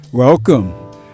Welcome